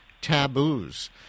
taboos